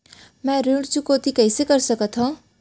मैं ऋण चुकौती कइसे कर सकथव?